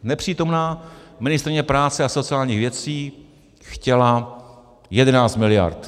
Nepřítomná ministryně práce a sociálních věcí chtěla 11 mld.